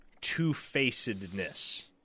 Two-facedness